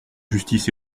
justice